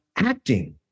Acting